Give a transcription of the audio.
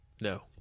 no